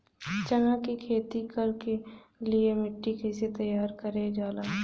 चना की खेती कर के लिए मिट्टी कैसे तैयार करें जाला?